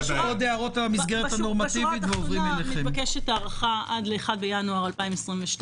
בשורה התחתונה, מתבקשת הארכה עד 1 בינואר 2022.